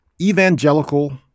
evangelical